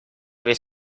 vez